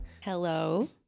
Hello